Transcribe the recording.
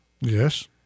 Yes